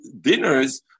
dinners